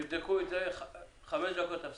אני מכריז על הפסקה של חמש דקות.